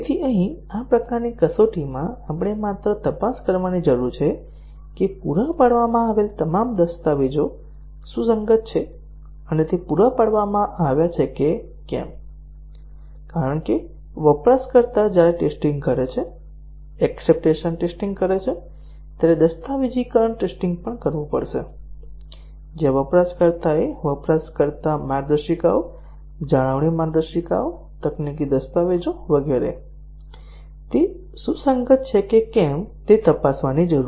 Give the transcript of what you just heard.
અહીં આ પ્રકારની કસોટીમાં આપણે માત્ર તપાસ કરવાની જરૂર છે કે પૂરા પાડવામાં આવેલ તમામ દસ્તાવેજો સુસંગત છે અને તે પૂરા પાડવામાં આવ્યા છે કે કેમ કારણ કે વપરાશકર્તા જ્યારે ટેસ્ટીંગ કરે છે એક્ષપટન્સ ટેસ્ટીંગ કરે છે ત્યારે દસ્તાવેજીકરણ ટેસ્ટીંગ પણ કરવું પડશે જ્યાં વપરાશકર્તાએ વપરાશકર્તા માર્ગદર્શિકાઓ જાળવણી માર્ગદર્શિકાઓ તકનીકી દસ્તાવેજો વગેરે તે સુસંગત છે કે કેમ તે તપાસવાની જરૂર છે